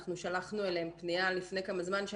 שלחנו אליהם פנייה לפני כמה זמן על כך